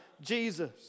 Jesus